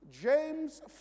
James